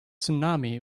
tsunami